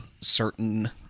certain